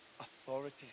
authority